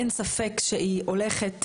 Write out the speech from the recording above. אין ספק שהיא הולכת,